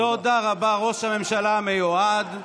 תודה רבה, ראש הממשלה המיועד.